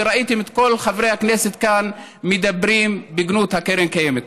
וראיתם את כל חברי הכנסת כאן מדברים בגנות קרן הקיימת.